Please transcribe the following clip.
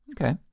Okay